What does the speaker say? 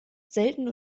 selten